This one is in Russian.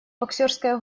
боксёрская